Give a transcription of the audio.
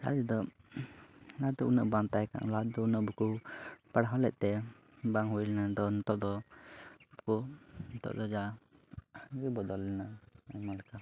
ᱟᱞᱮ ᱫᱚ ᱞᱟᱦᱟ ᱛᱮᱫᱚ ᱩᱱᱟᱹᱜ ᱵᱟᱝ ᱛᱟᱦᱮᱸ ᱠᱟᱱᱟ ᱞᱟᱦᱟ ᱛᱮᱫᱚ ᱩᱱᱟᱹᱜ ᱵᱟᱠᱚ ᱯᱟᱲᱦᱟᱣ ᱞᱮᱫ ᱛᱮ ᱵᱟᱝ ᱦᱩᱭ ᱞᱮᱱᱟ ᱟᱫᱚ ᱱᱤᱛᱚᱜ ᱫᱚ ᱟᱠᱚ ᱱᱤᱛᱚᱜ ᱫᱚ ᱡᱟ ᱜᱮ ᱵᱚᱫᱚᱞᱮᱱᱟ ᱟᱭᱢᱟ ᱞᱮᱠᱟ